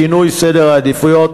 שינוי סדר העדיפויות,